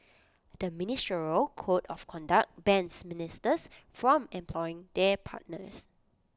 the ministerial code of conduct bans ministers from employing their partners